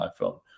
iPhone